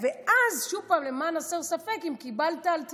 ואז שוב, למען הסר ספק, אם קיבלת על תנאי,